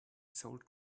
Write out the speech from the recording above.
sold